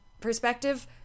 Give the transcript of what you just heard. perspective